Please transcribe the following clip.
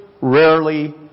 rarely